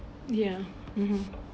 ya (uh huh)